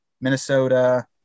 Minnesota